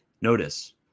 Notice